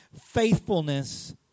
faithfulness